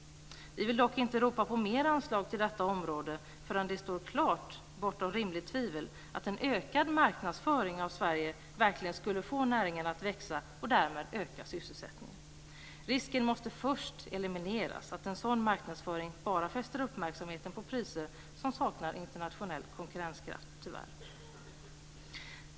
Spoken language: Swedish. Vi vill dock inte ropa på mer anslag till detta område förrän det står klart bortom rimligt tvivel att en ökad marknadsföring av Sverige verkligen skulle få näringen att växa och därmed öka sysselsättningen. Risken måste först elimineras att en sådan marknadsföring bara fäster uppmärksamheten på priser som tyvärr saknar internationell konkurrenskraft.